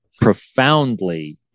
profoundly